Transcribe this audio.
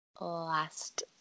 last –